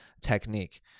technique